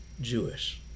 Jewish